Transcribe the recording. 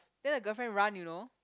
then the girlfriend run you know